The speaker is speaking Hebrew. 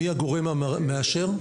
מי הגורם המאשר?